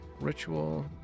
ritual